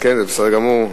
כן, זה בסדר גמור.